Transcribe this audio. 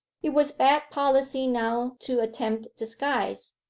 it was bad policy now to attempt disguise.